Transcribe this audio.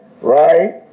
right